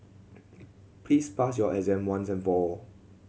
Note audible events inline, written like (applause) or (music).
(noise) please pass your exam once and for all